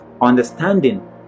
understanding